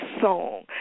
song